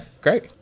great